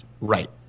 Right